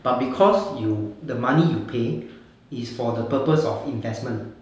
but because you the money you pay is for the purpose of investment